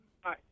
Hi